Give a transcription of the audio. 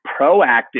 proactive